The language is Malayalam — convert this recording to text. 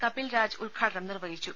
കപിൽ രാജ് ഉദ്ഘാടനം നിർവഹിച്ചു